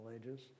Ages